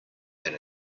than